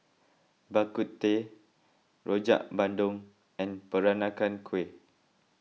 Bak Kut Teh Rojak Bandung and Peranakan Kueh